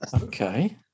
Okay